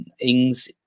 Ings